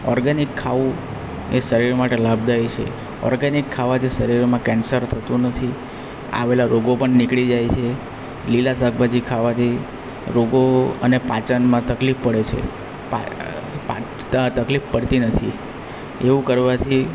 organic ખાવું એ શરીર માટે લાભદાયી છે ઓર્ગેનિક ખાવાથી શરીરમાં કેન્સર થતું નથી આવેલા રોગો પણ નીકળી જાય છે લીલા શાકભાજી ખાવાથી રોગો અને પાચનમાં તકલીફ પડે છે તકલીફ પડતી નથી એવું કરવાથી